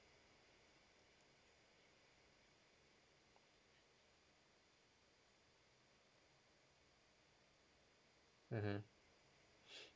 mmhmm